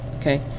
Okay